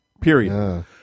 Period